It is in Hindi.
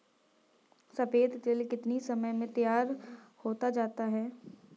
सफेद तिल कितनी समय में तैयार होता जाता है?